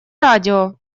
радио